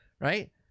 right